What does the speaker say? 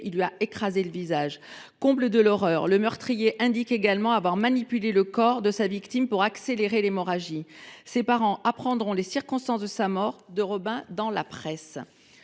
Il lui a écrasé le visage. Comble de l’horreur, le meurtrier indique également avoir manipulé le corps de sa victime pour accélérer l’hémorragie. Ses parents ont appris les circonstances de la mort de Robin dans la presse.